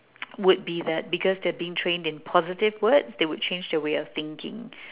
would be that because they are being trained in positive words they would change their way of thinking